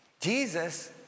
Jesus